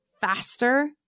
faster